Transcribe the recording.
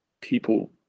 People